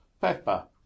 pepper